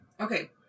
Okay